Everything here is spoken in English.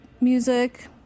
music